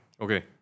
Okay